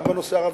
וגם בנושא הערבי.